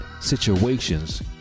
situations